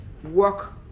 work